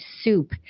soup